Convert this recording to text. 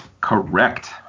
correct